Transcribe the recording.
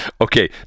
Okay